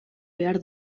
behar